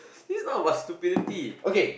it's not about stupidity